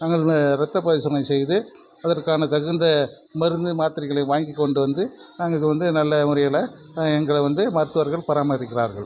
நாங்கள் ரத்த பரிசோதனை செய்து அதற்கான தகுந்த மருந்து மாத்திரைகளை வாங்கிக் கொண்டு வந்து நாங்கள் இது வந்து நல்ல முறையில் எங்களை வந்து மருத்துவர்கள் பராமரிக்கிறார்கள்